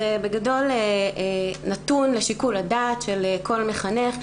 בגדול זה נתון לשיקול הדעת של כל מחנך.